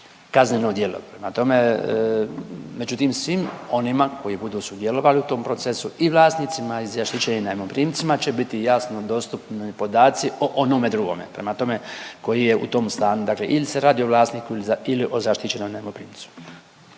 Prema tome, međutim, svim onima koji budu sudjelovali u tom procesu, i vlasnicima i zaštićenim najmoprimcima će biti jasno dostupni podaci o onome drugome. Prema tome, koji je u tom stanu, dakle ili se radi o vlasniku ili o zaštićenom najmoprimcu.